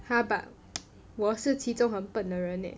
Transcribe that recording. !huh! but 我是其中很笨的人 leh